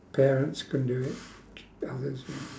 parents can do it others may